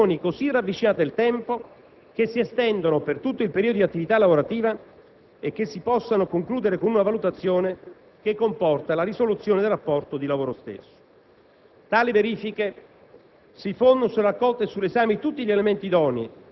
non essendovi (di qua la specificità) altri esempi di valutazioni così ravvicinate nel tempo che si estendano per tutto il periodo di attività lavorativa e che si possano concludere con una valutazione che comporti la risoluzione del rapporto di lavoro stesso.